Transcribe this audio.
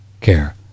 care